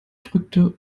drückte